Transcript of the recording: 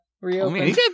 reopen